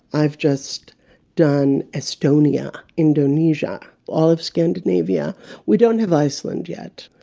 i've just done estonia, indonesia, all of scandinavia, we don't have iceland yet.